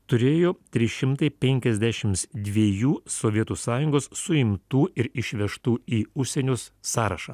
turėjo trys šimtai penkiasdešims dviejų sovietų sąjungos suimtų ir išvežtų į užsienius sąrašą